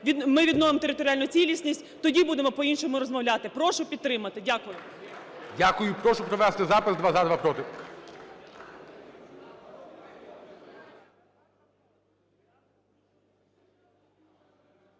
Ми відновимо територіальну цілісність - тоді будемо по-іншому розмовляти. Прошу підтримати. Дякую. ГОЛОВУЮЧИЙ. Дякую. Прошу провести запис: